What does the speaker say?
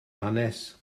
hanes